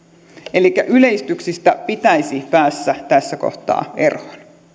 elikkä yleistyksistä pitäisi päästä tässä kohtaa eroon